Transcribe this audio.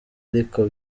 ariko